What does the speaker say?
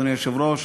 אדוני היושב-ראש,